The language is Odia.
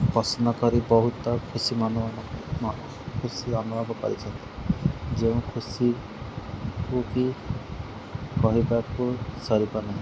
ପସନ୍ଦ କରି ବହୁତ ଖୁସି ମାନେ ଖୁସି ଅନୁଭବ କରିଛନ୍ତି ଯେଉଁ ଖୁସିକୁ କି କହିବାକୁ ସାରିପାରୁ ନାହିଁ